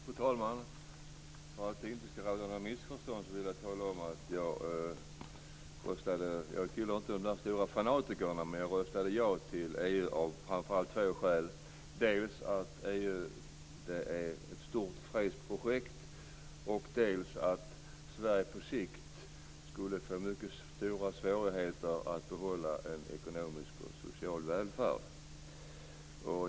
Fru talman! För att det inte skall bli några missförstånd vill jag tala om att jag utan att tillhöra de där stora fanatikerna röstade ja till EU. Jag gjorde det framför allt av två skäl; dels för att EU är ett stort fredsprojekt, dels för att Sverige annars på sikt skulle få mycket stora svårigheter att behålla en ekonomisk och social välfärd.